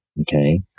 Okay